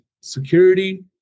security